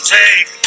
take